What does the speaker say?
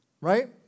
Right